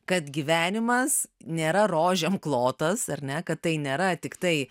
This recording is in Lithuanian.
kad gyvenimas nėra rožėm klotas ar ne kad tai nėra tiktai